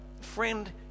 friend